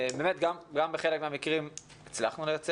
בחלק מהמקרים גם הצלחנו,